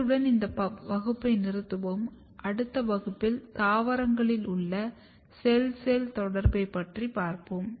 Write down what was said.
இத்துடன் இந்த வகுப்பை நிறுத்துவோம் அடுத்த வகுப்பில் தாவரங்களில் உள்ள செல் செல் தொடர்பு பற்றி பார்ப்போம்